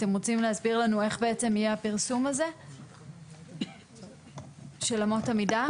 אתם רוצים להסביר לנו איך בעצם יהיה הפרסום הזה של אמות המידה,